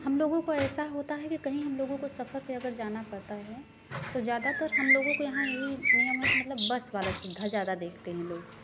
हम लोगों को ऐसा होता है कि कहीं हम लोगों को सफर पर अगर जाना पड़ता है तो ज्यादातर हम लोगों को यहाँ यही नियम है कि मतलब बस वाला सुविधा ज्यादा देखते हैं लोग